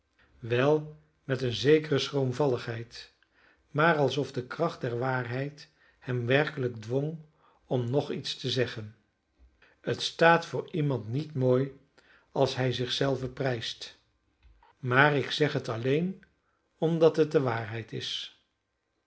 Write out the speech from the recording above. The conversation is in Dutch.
wel met eene zekere schroomvalligheid maar alsof de kracht der waarheid hem werkelijk dwong om nog iets te zeggen het staat voor iemand niet mooi als hij zich zelven prijst maar ik zeg het alleen omdat het de waarheid is